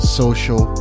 social